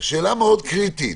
שאלה מאוד קריטית.